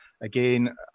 again